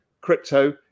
Crypto